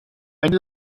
ende